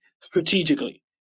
strategically